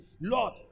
Lord